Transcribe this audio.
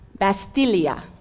bastilia